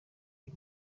uyu